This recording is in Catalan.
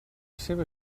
seva